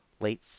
late